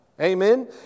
Amen